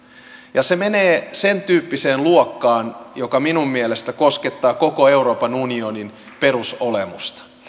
ja se menee sen tyyppiseen luokkaan joka minun mielestäni koskettaa koko euroopan unionin perusolemusta